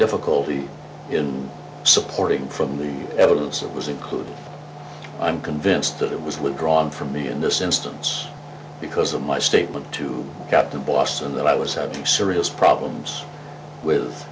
difficulty in supporting from the evidence it was included i'm convinced that it was withdrawn from me in this instance because of my statement to captain boston that i was having serious problems with